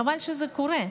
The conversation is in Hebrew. וחבל שזה קורה.